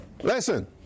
Listen